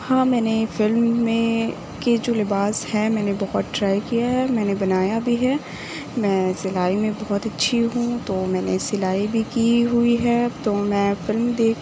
ہاں میں نے فلم میں کے جو لباس ہیں میں نے بہت ٹرائی کیا ہے میں نے بنایا بھی ہے میں سلائی میں بہت اچھی ہوں تو میں نے سلائی بھی کی ہوئی ہے تو میں فلم دیکھ